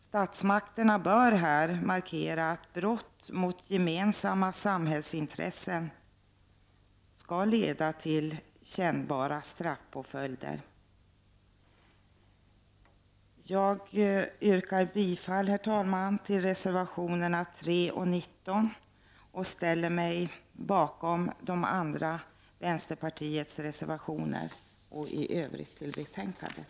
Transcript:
Statsmakterna bör markera att brott mot gemensamma samhällsintressen skall leda till kännbara straffpåföljder. Herr talman! Jag yrkar bifall till reservationerna 3 och 19 och stöder vänsterpartiets övriga reservationer. I övrigt yrkar jag bifall till utskottets hemställan.